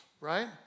right